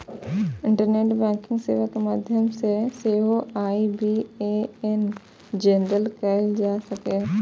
internet banking सेवा के माध्यम सं सेहो आई.बी.ए.एन जेनरेट कैल जा सकै छै